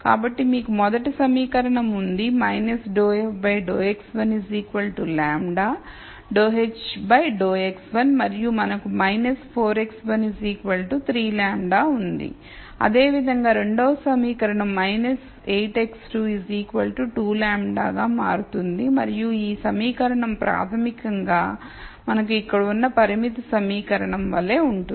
కాబట్టి మీకు మొదటి సమీకరణం ఉంది ∂f ∂x1 λ ∂h ∂x1 మరియు మనకు 4x1 3 λ ఉంది అదేవిధంగా రెండవ సమీకరణం 8 x2 2 λ గా మారుతుంది మరియు ఈ సమీకరణం ప్రాథమికంగా మనకు ఇక్కడ ఉన్న పరిమితి సమీకరణం వలె ఉంటుంది